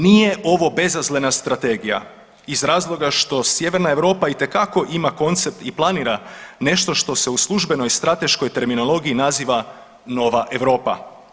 Nije ovo bezazlena strategija iz razloga što sjeverna Europa itekako ima koncept i planira nešto što se u službenoj strateškoj terminologiji naziva nova Europa.